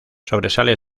sobresale